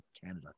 canada